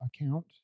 account